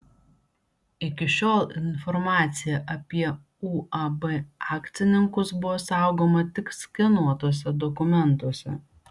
iki šiol informacija apie uab akcininkus buvo saugoma tik skenuotuose dokumentuose